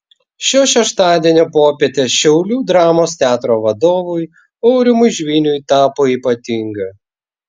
šio šeštadienio popietė šiaulių dramos teatro vadovui aurimui žviniui tapo ypatinga